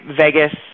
Vegas